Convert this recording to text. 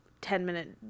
ten-minute